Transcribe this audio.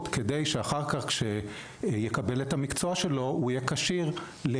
כדי שאחר כך כשהוא יקבל את המקצוע שלו הוא יהיה כשיר.